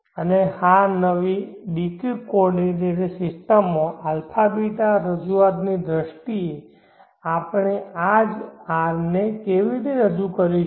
હવે આ નવી D Q કોઓર્ડિનેટ સિસ્ટમ માં α β રજૂઆતની દ્રષ્ટિએ આપણે આ જ r ને કેવી રીતે રજૂ કરીશું